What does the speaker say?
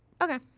Okay